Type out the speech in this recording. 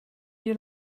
you